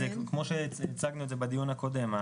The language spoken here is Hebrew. כמו שהצגנו בדיון הקודם,